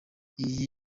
iyi